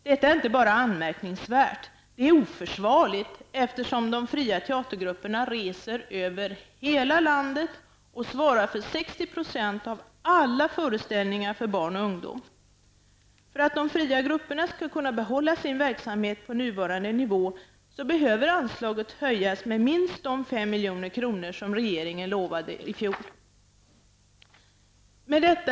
Detta är inte bara anmärkningsvärt, utan det är oförsvarligt, eftersom de fria teatergrupperna reser över hela landet och svarar för 60 % av alla föreställningar för barn och ungdom. För att de fria grupperna skall kunna behålla sin verksamhet på nuvarande nivå behöver anslaget höjas med minst de 5 milj.kr. som regeringen lovade i fjol. Herr talman!